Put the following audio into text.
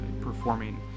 performing